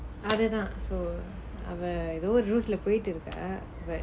other not so அவ எதோ ஒரு:ava etho oru route leh போயிட்டு இருக்கா:poyittu irukaa